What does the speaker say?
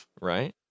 right